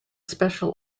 special